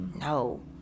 No